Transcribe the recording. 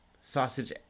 sausage